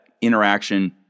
interaction